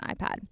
iPad